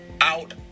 out